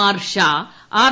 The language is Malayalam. ആർ ഷാ ആർ